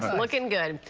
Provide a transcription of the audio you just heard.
looking good.